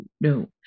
no